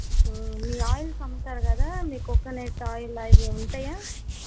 మీ oils అమ్ముతారు కదా మీ కోకోనట్ ఆయిల్ అవి ఉంటాయా